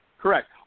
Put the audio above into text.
correct